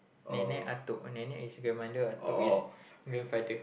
nenek atuk nenek is grandmother atuk is grandfather